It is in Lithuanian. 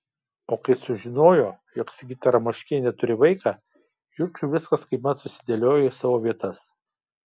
o kai sužinojo jog sigita ramoškienė turi vaiką jučui viskas kaipmat susidėliojo į savo vietas